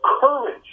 courage